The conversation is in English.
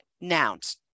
nouns